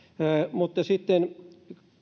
mutta sitten